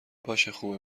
باشهخوبه